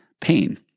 pain